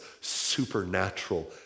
supernatural